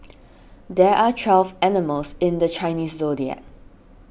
there are twelve animals in the Chinese zodiac